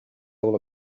all